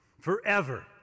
Forever